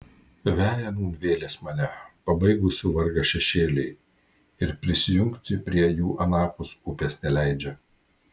veja nūn vėlės mane pabaigusių vargą šešėliai ir prisijungti prie jų anapus upės neleidžia